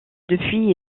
depuis